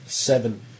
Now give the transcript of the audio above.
Seven